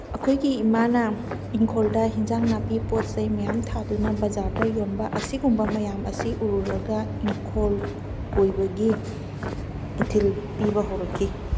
ꯑꯩꯈꯣꯏꯒꯤ ꯏꯃꯥꯅꯥ ꯏꯪꯈꯣꯜꯗ ꯌꯦꯟꯁꯥꯡ ꯅꯥꯄꯤ ꯄꯣꯠꯆꯩ ꯃꯌꯥꯝ ꯊꯥꯗꯨꯅ ꯕꯖꯥꯔꯗ ꯌꯣꯟꯕ ꯑꯁꯤꯒꯨꯝꯕ ꯃꯌꯥꯝ ꯑꯁꯤ ꯎꯔꯨꯔꯒ ꯏꯪꯈꯣꯜ ꯀꯣꯏꯕꯒꯤ ꯏꯊꯤꯜ ꯄꯤꯕ ꯍꯧꯔꯛꯈꯤ